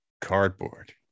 cardboard